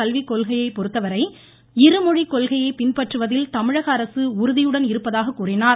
கல்விக்கொள்கையை பொறுத்தவரை இருமொழி கொள்கையை புகிய பின்பற்றுவதில் தமிழகஅரசு உறுதியுடன் இருப்பதாக கூறினார்